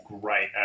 great